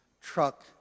truck